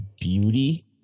beauty